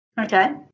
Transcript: Okay